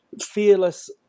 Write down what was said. fearless